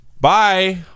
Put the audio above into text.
Bye